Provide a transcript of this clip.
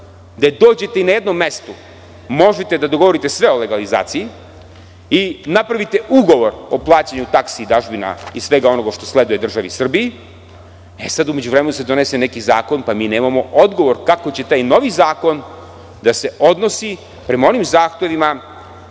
gde dođete i na jednom mestu možete da dogovorite sve o legalizaciji i napravite ugovor o plaćanju taksi i dažbina i svega onoga što sleduje državi Srbiji, e sada u međuvremenu se donese neki zakon, pa mi nemamo odgovor kako će taj novi zakon da se odnosi prema onim zahtevima